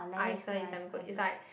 I swear is damn good is like